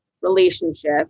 relationship